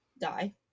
die